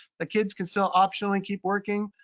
the kids can still optionally keep working.